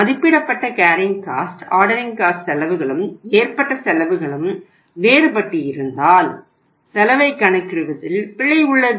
மதிப்பிடப்பட்ட carrying cost செலவுகளும் ஏற்பட்ட செலவுகளும் வேறுபட்டு இருந்தால் செலவைக் கணக்கிடுவதில் பிழை உள்ளது